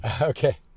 Okay